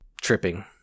tripping